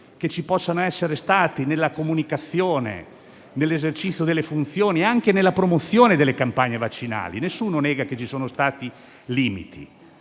che ci possono essere stati nella comunicazione, nell'esercizio delle funzioni e anche nella promozione delle campagne vaccinali. Nessuno nega che ci sono stati limiti,